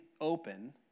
open